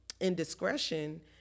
indiscretion